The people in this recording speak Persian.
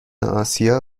آسیا